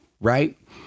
right